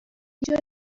دیگه